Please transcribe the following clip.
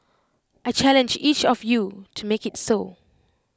I challenge each of you to make IT so